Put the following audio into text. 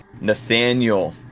Nathaniel